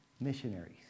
missionaries